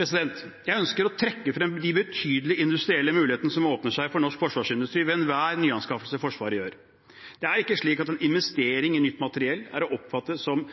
Jeg ønsker å trekke frem de betydelige industrielle mulighetene som åpner seg for norsk forsvarsindustri ved enhver nyanskaffelse Forsvaret gjør. Det er ikke slik at en investering i nytt materiell er å oppfatte som